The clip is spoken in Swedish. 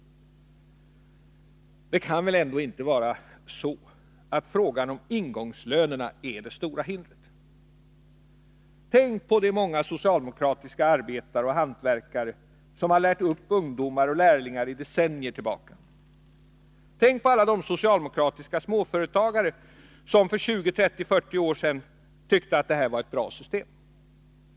Det kan väl ändå inte vara så att frågan om ingångslönerna är det stora hindret. Tänk på de många socialdemokratiska arbetare och hantverkare som lärt upp ungdomar och lärlingar i decennier tillbaka. Tänk på alla de socialdemokratiska småföretagare som för 20-30-40 år sedan tyckte att det här var ett bra system.